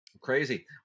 crazy